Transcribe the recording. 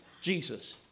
Jesus